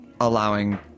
allowing